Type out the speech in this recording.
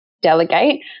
delegate